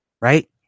right